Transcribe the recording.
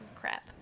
crap